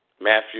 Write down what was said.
Matthew